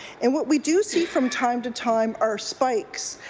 and what we do see from time to time are spikes.